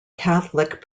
catholic